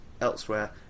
elsewhere